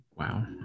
Wow